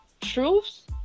truths